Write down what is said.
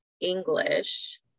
English